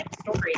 story